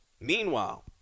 Meanwhile